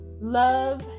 love